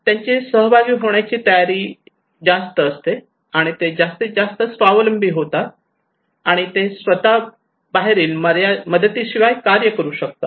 त्यांची सहभागी होण्याची जास्त तयारी असते आणि ते जास्त स्वावलंबी होतात आणि ते स्वतः बाहेरील मदतीशिवाय कार्य करू शकतात